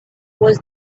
was